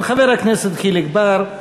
חבר הכנסת חיליק בר,